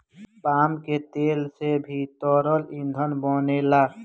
palm के तेल से भी तरल ईंधन बनेला